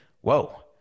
whoa